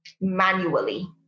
Manually